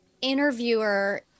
interviewer